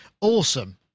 Awesome